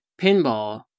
pinball